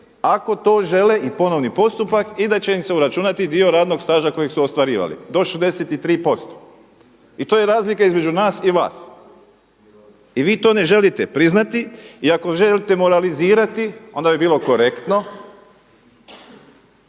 ako to žele i ponovni postupak i da će im se uračunati dio radnog staža kojeg su ostvarivali do 63%. I to je razlika između nas i vas. I vi to ne želite priznati. I ako želite moralizirati onda bi bilo korektno